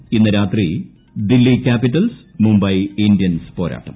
എല്ലിൽ ഇന്ന് രാത്രി ഡൽഹി കൃാപിറ്റൽസ് മുംബൈ ഇന്ത്യൻസ് പോരാട്ടം